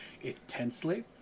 intensely